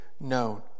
known